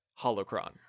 holocron